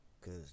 Cause